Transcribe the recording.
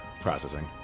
processing